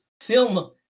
film